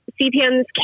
CPMs